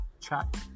chat